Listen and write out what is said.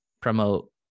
promote